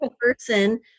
person